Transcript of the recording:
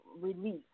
release